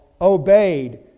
obeyed